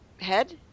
head